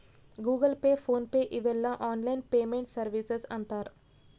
Google Pay PhonePe ಇವೆಲ್ಲ online payment services ಅಂತರ್